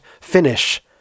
finish